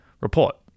report